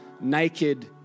naked